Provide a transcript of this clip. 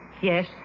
Yes